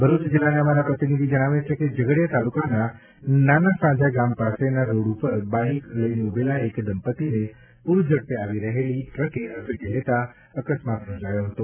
ભરૂચ જિલ્લાના અમારા પ્રતિનિધિ જણાવે છે કે ઝઘડીયા તાલુકાના નાનાસાંજા ગામ પાસેના રોડ ઉપર બાઇક લઇને ઉભેલા એક દંપતીને પૂર ઝડપે આવી રહેલી ટ્રકે અડફેટે લેતા અકસ્માત સર્જાયો હતો